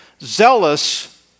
zealous